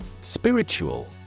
Spiritual